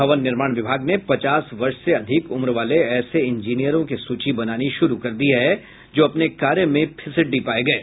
भवन निर्माण विभाग ने पचास वर्ष से अधिक उम्र वाले ऐसे इंजीनियरों की सूची बनानी शुरू कर दी है जो अपने कार्य में फिसड्डी पाये गये